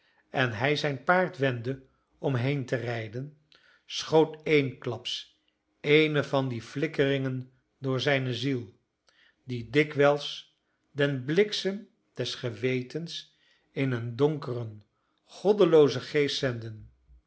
en hij zijn paard wendde om heen te rijden schoot er eensklaps eene van die flikkeringen door zijne ziel die dikwijls den bliksem des gewetens in een donkeren goddeloozen geest zenden